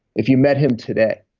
if you met him today,